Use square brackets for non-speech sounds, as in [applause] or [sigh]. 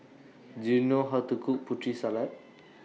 Do YOU know How to Cook Putri Salad [noise]